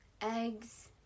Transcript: eggs